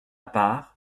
part